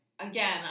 Again